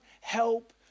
help